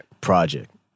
project